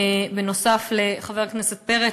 נוסף על חבר הכנסת פרץ,